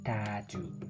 Tattoo